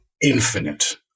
infinite